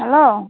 hello